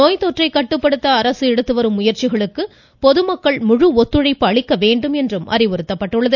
நோய்த்தொற்றை கட்டுப்படுத்த அரசு எடுத்து வரும் முயற்சிகளுக்கு பொதுமக்கள் முழு ஒத்துழைப்பு அளிக்க வேண்டும் என அறிவுறுத்தப்பட்டுள்ளது